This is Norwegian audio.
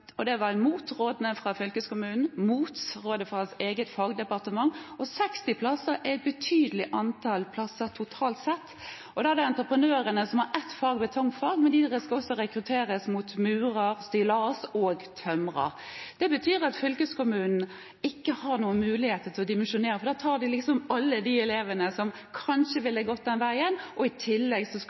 Det skjedde mot rådene fra fylkeskommunen og mot rådet fra hans eget fagdepartement. 60 plasser er et betydelig antall plasser totalt sett. Entreprenørene har ett fag, betongfag, men det skal også rekrutteres murere, stillasbyggere og tømrere. Det betyr at fylkeskommunen ikke har mulighet til å dimensjonere, for da tar de alle de elevene som kanskje ville gått den veien, og i tillegg